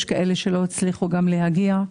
יש כאלה שלא הצליחו להגיע.